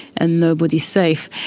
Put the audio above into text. and nobody's safe.